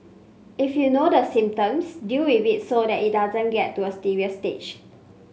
if you know the symptoms deal with it so that it doesn't get to a serious stage